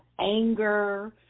anger